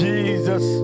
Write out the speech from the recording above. Jesus